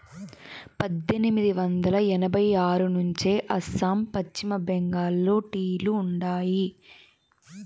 పద్దెనిమిది వందల ఎనభై ఆరు నుంచే అస్సాం, పశ్చిమ బెంగాల్లో టీ లు ఉండాయి